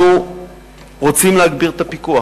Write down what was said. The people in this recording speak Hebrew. אנחנו רוצים להגביר את הפיקוח.